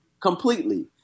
completely